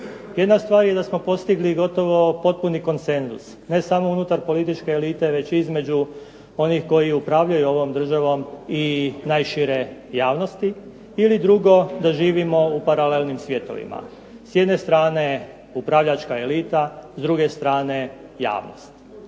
Jedna stvar je da smo postigli gotovo potpuni konsenzus, ne samo unutar političke elite već i između onih koji upravljaju ovom državom i najšire javnosti ili drugo, da živimo u paralelnim svjetovima. S jedne strane upravljačka elita, s druge strane javnost.